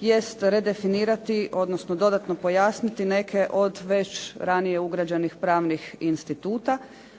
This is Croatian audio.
jest redefinirati, odnosno dodatno pojasniti neke od već ranije ugrađenih pravnih instituta,